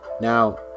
now